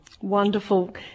Wonderful